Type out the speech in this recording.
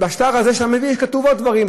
בשטר הזה שאתה מביא כתובים עוד דברים,